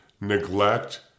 neglect